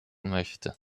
möchte